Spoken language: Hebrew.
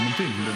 אנחנו אומרות